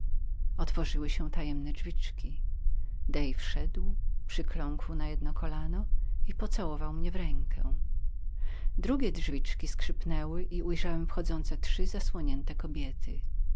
otworzyły się tajemne drzwiczki dej wszedł przykląkł na jedno kolano i pocałował mnie w rękę drugie drzwiczki skrzypnęły i ujrzałem wchodzące trzy zasłonięte kobiety